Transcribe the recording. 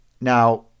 Now